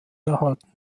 erhalten